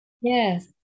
Yes